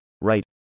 right